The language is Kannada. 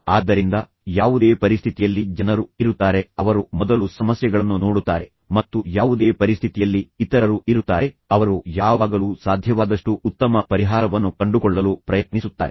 ಆದ್ದರಿಂದ ಯಾವುದೇ ಪರಿಸ್ಥಿತಿಯಲ್ಲಿ ಜನರು ಇರುತ್ತಾರೆ ಅವರು ಮೊದಲು ಸಮಸ್ಯೆಗಳನ್ನು ನೋಡುತ್ತಾರೆ ಮತ್ತು ಯಾವುದೇ ಪರಿಸ್ಥಿತಿಯಲ್ಲಿ ಇತರರು ಇರುತ್ತಾರೆ ಅವರು ಯಾವಾಗಲೂ ಸಾಧ್ಯವಾದಷ್ಟು ಉತ್ತಮ ಪರಿಹಾರವನ್ನು ಕಂಡುಕೊಳ್ಳಲು ಪ್ರಯತ್ನಿಸುತ್ತಾರೆ